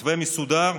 מתווה מסודר,